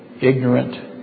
ignorant